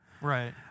Right